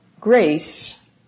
Grace